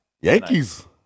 Yankees